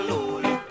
Lulu